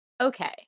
Okay